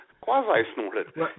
Quasi-snorted